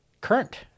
current